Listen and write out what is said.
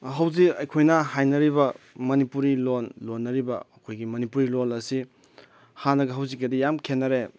ꯍꯧꯖꯤꯛ ꯑꯩꯈꯣꯏꯅ ꯍꯥꯏꯅꯔꯤꯕ ꯃꯅꯤꯄꯨꯔꯤ ꯂꯣꯟ ꯂꯣꯟꯅꯔꯤꯕ ꯑꯩꯈꯣꯏꯒꯤ ꯃꯅꯤꯄꯨꯔꯤ ꯂꯣꯟ ꯑꯁꯤ ꯍꯥꯟꯅꯒ ꯍꯧꯖꯤꯛꯀꯗꯤ ꯌꯥꯝꯅ ꯈꯦꯅꯔꯦ